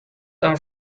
are